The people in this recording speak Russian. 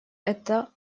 это